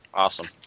Awesome